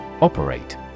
Operate